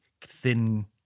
thin